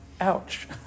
Ouch